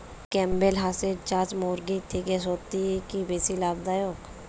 Campbell হাঁসের চাষ মুরগির থেকে সত্যিই কি বেশি লাভ দায়ক?